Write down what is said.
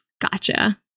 Gotcha